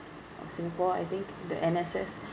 of singapore I think the N_S_S